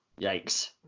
Yikes